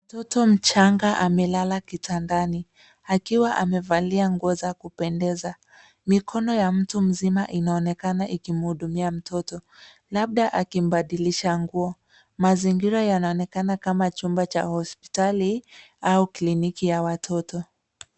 Mtoto mchanga amelala kitandani, akiwa amevalia nguo za kupendeza. Mikono ya mtu mzima inaonekana ikimuhudumia mtoto, labda akimbadilisha nguo. Mazingira yanaonekana kama chumba cha hospitali au kliniki ya watoto.